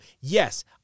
Yes